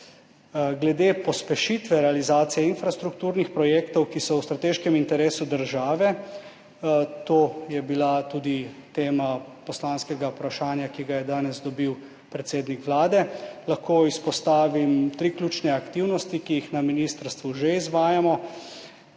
Glede pospešitve realizacije infrastrukturnih projektov, ki so v strateškem interesu države, to je bila tudi tema poslanskega vprašanja, ki ga je danes dobil predsednik Vlade, lahko izpostavim tri ključne aktivnosti, ki jih na ministrstvu že izvajamo.